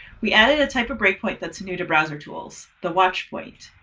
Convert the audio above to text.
we added a type of breakpoint that's new to browser tools, the watch point.